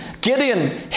Gideon